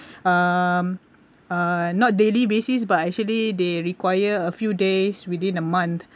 um uh not daily basis but actually they require a few days within a month